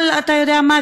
אבל אתה יודע מה?